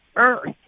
Earth